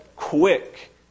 quick